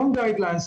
המון גייד-ליינס,